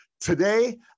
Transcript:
Today